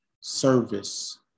service